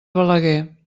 balaguer